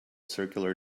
circular